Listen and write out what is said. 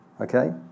Okay